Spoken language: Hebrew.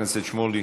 חבר הכנסת שמולי,